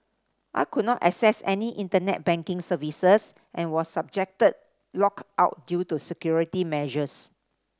I could not access any Internet banking services and was subject locked out due to security measures